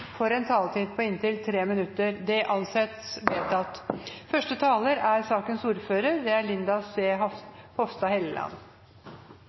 får en taletid på inntil 3 minutter. – Det anses vedtatt. Jeg må innrømme at dette er en sak det